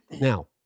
Now